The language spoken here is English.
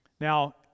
Now